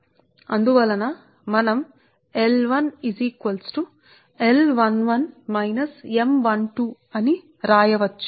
అందువల్లమనం L1ను L11 M12 కు సమానంL1 L11 M12 అని వ్రాయవచ్చు అంటే ఇది మీ L1 మరియు L2 minus M21 plus L22 కు సమానం